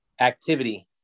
activity